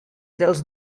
dels